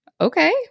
Okay